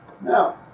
now